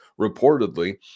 reportedly